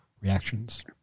reactions